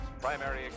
primary